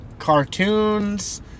Cartoons